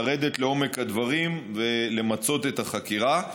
לרדת לעומק הדברים ולמצות את החקירה,